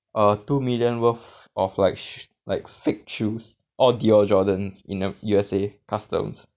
uh two million worth of like fake shoes all Dio Jordan's in the U_S_A customs